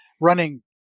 running